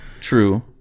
true